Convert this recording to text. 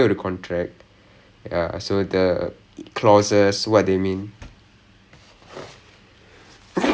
ஆமாம் ஆமாம்:aamaam aamaam so so ah அந்த மாதிரி தான் சொல்லிட்டு இருந்தான்:antha maathiri thaan sollittu irunthaan he was like if you are a non business person